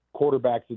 quarterbacks